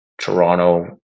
Toronto